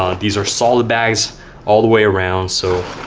um these are solid bags all the way around so.